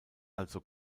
also